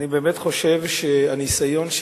אני באמת חושב שהניסיון,